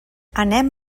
anem